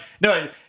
no